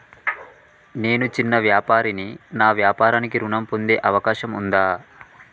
నేను చిన్న వ్యాపారిని నా వ్యాపారానికి ఋణం పొందే అవకాశం ఉందా?